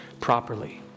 properly